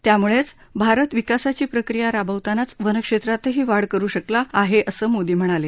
त्यामुळेच भारत विकासाचा प्रक्रिया राबतानाच वनक्षेत्रातही वाढ करु शकला आहे असं मोदी म्हणाले